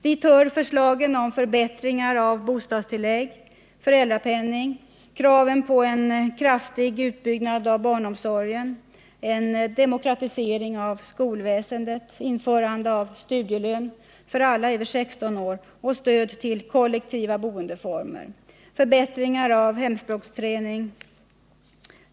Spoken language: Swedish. Dit hör exempelvis förslagen om förbättringar av bostadstillägg och föräldrapenning liksom kraven på en kraftig utbyggnad av barnomsorgen, demokratisering av skolväsendet, införande av studielön för alla över 16 år, stöd till kollektiva boendeformer, förbättringar av hemspråksträning.